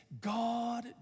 God